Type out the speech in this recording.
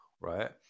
right